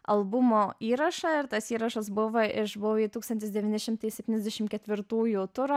albumo įrašą ir tas įrašas buvo iš bouvi tūkstantis devyni šimtai septyniasdešim ketvirtųjų turo